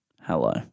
Hello